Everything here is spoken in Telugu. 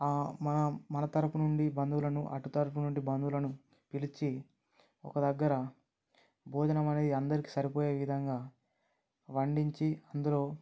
మన తరపు నుండి బంధువులను అటు తరపు నుండి బంధువులను పిలిచి ఒక దగ్గర భోజనం అనేది అందరికి సరిపోయే విధంగా వండించి అందులో